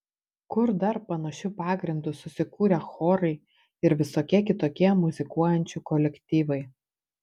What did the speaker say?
kur dar panašiu pagrindu susikūrę chorai ir visokie kitokie muzikuojančių kolektyvai